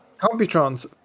Computron's